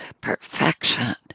perfection